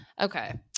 okay